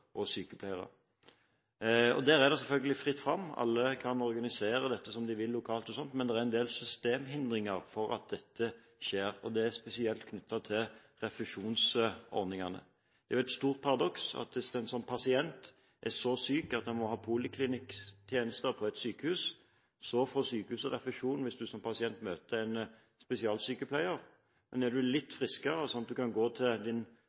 og sykepleiere. Der er det selvfølgelig fritt fram – alle kan organisere dette som de vil lokalt – men det er en del systemhindringer, spesielt knyttet til refusjonsordningene. Det er et stort paradoks at hvis en som pasient er så syk at en må få polikliniske tjenester på et sykehus, får sykehuset refusjon hvis en møter en spesialsykepleier, men er en litt friskere, sånn at en kan gå til